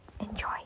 Enjoy